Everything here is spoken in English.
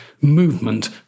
movement